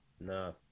No